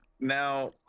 Now